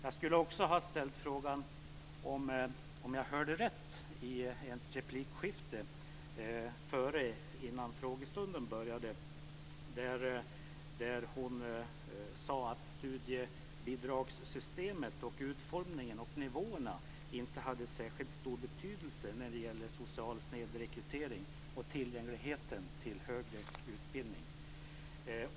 Jag skulle också ha ställt frågan om jag hörde rätt i ett replikskifte innan frågestunden började där hon sade att studiebidragssystemet, utformningen och nivåerna inte har särskilt stor betydelse när det gäller snedrekryteringen och tillgängligheten till högre utbildning.